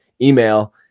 email